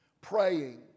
praying